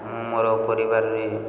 ମୁଁ ମୋର ପରିବାରରେ